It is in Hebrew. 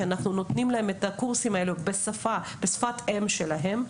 אנחנו נותנים להם את הקורסים האלו בשפת האם שלהם.